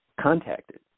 contacted